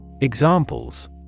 Examples